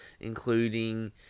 including